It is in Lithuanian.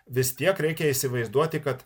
vis tiek reikia įsivaizduoti kad